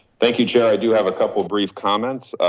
thank you chair. i do have a couple of brief comments.